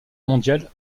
mondiale